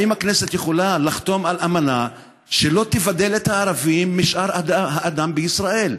האם הכנסת יכולה לחתום על אמנה שלא תבדל את הערבים משאר האדם בישראל?